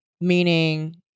meaning